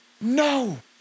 No